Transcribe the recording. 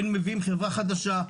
היינו מביאים חברה חדשה.